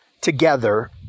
together